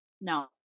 no